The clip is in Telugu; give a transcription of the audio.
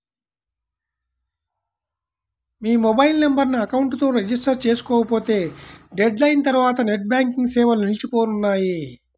మీ మొబైల్ నెంబర్ను అకౌంట్ తో రిజిస్టర్ చేసుకోకపోతే డెడ్ లైన్ తర్వాత నెట్ బ్యాంకింగ్ సేవలు నిలిచిపోనున్నాయి